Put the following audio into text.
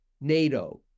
NATO